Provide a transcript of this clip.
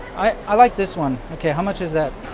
i like this one, okay, how much is that?